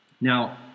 Now